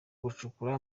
gucukura